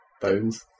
bones